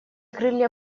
крылья